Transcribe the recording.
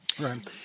Right